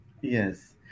Yes